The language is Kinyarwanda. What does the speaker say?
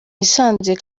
hisanzuye